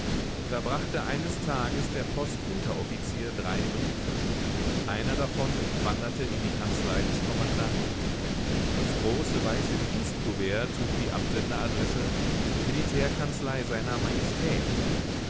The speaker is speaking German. da brachte eines tages der postunteroffizier drei briefe einer davon wanderte in die kanzlei des kommandanten das große weiße dienstkuvert trug die absenderadresse militärkanzlei seiner majestät